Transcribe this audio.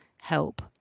help